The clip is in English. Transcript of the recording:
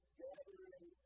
gathering